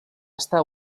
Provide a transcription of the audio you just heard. estar